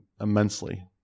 immensely